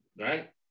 Right